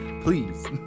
please